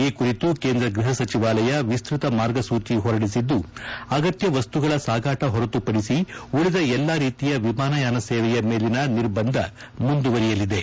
ಈ ಕುರಿತು ಕೇಂದ್ರ ಗ್ಲಹ ಸಚಿವಾಲಯ ವಿಸ್ತತ ಮಾರ್ಗಸೂಚಿ ಹೊರಡಿಸಿದ್ದು ಅಗತ್ನ ವಸ್ತುಗಳ ಸಾಗಾಟ ಹೊರತುಪಡಿಸಿ ಉಳಿದ ಎಲ್ಲಾ ರೀತಿಯ ವಿಮಾನಯಾನ ಸೇವೆಯ ಮೇಲಿನ ನಿರ್ಬಂಧ ಮುಂದುವರೆಯಲಿವೆ